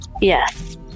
Yes